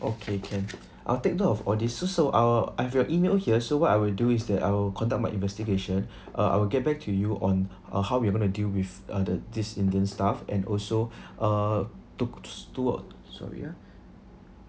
okay can I'll take note of all these sir so uh I've your email here so what I would do is that I'll conduct my investigation uh I will get back to you on uh how we're going to deal with uh the this indian staff and also uh took s~ to work sorry ah